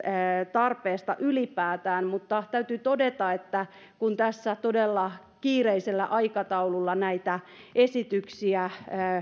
tarpeesta ylipäätään mutta täytyy todeta että kun tässä todella kiireisellä aikataululla näitä esityksiä